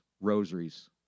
rosaries